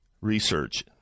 research